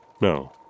no